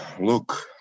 look